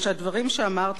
רובי,